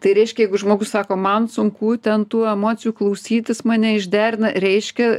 tai reiškia jeigu žmogus sako man sunku ten tų emocijų klausytis mane išderina reiškia